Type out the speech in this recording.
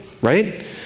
right